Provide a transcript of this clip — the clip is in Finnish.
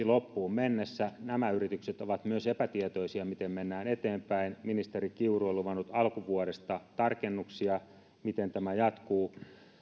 loppuun mennessä nämä yritykset ovat epätietoisia miten mennään eteenpäin ministeri kiuru on luvannut alkuvuodesta tarkennuksia miten tämä jatkuu